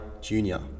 junior